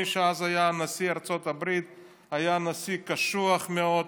מי שאז היה נשיא ארצות הברית היה נשיא קשוח מאוד,